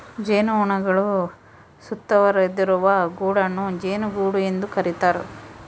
ಜೇನುಹುಳುಗಳು ಸುತ್ತುವರಿದಿರುವ ಗೂಡನ್ನು ಜೇನುಗೂಡು ಎಂದು ಕರೀತಾರ